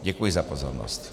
Děkuji za pozornost.